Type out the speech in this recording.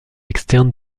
externe